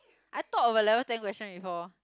I thought of a level ten question before